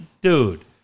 dude